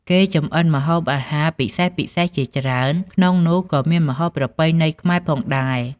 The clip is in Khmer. គេចម្អិនម្ហូបអាហារពិសេសៗជាច្រើន ក្នុងនោះក៏មានម្ហូបប្រពៃណីខ្មែរផងដែរ។